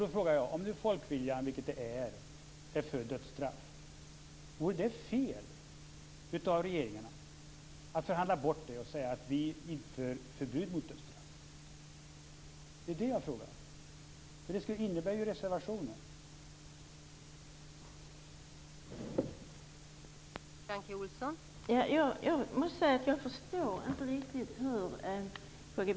Då frågar jag: Om nu folkviljan är för dödsstraff, vilket den är, vore det då fel av regeringarna att förhandla bort det och säga att man inför förbud mot dödsstraff? Det är ju vad reservationen innebär.